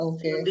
Okay